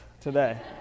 today